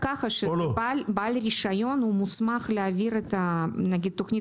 בעל רשיון הוא מוסמך להעביר את תוכנית